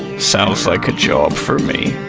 sounds like a job for me.